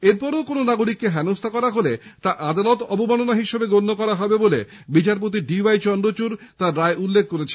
এরপরেও কোনো নাগরিককে হেনস্থা করা হলে তা আদালত অবমাননা হিসেবেই গণ্য হবে বলে বিচারপতি ডি ওয়াই চন্দ্রচূড় তাঁর রায়ে উল্লেখ করেছেন